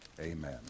Amen